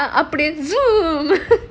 ya அப்டியே:apdiyae zoom